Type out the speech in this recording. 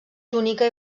túnica